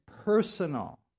personal